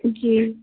जी